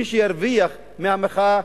מי שירוויח מהמחאה,